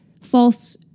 false